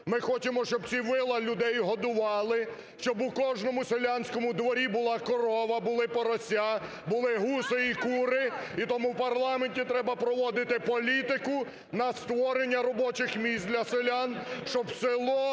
ми хочемо, щоб ці вила людей годували, щоб у кожному селянському дворі була корова, були порося, були гуси і кури. І тому в парламенті треба проводити політику на створення робочих місць для селян, щоб село